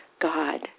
God